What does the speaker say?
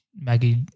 Maggie